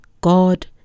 God